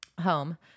home